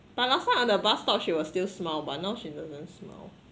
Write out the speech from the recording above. but last time on the bus stop she will still smile but now she doesn't smile